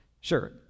Sure